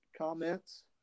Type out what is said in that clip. comments